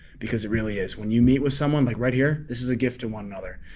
because it really is. when you meet with someone, like right here, this is a gift to one another.